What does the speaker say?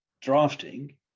drafting